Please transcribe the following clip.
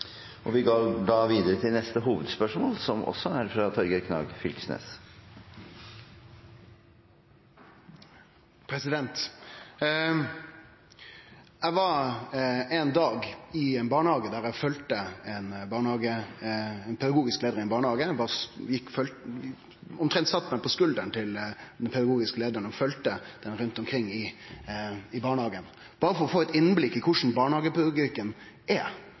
Vi går da videre til neste hovedspørsmål. Eg var ein dag i ein barnehage der eg følgde den pedagogiske leiaren i barnehagen. Eg omtrent sette meg på skuldra til den pedagogiske leiaren og følgde med rundt omkring i barnehagen, berre for å få eit innblikk i korleis barnehagepedagogikken er: